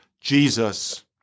Jesus